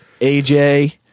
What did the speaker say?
AJ